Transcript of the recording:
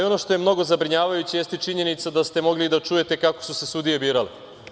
Ono što je mnogo zabrinjavajuće jeste činjenica da ste mogli da čujete kako su se sudije birale.